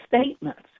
statements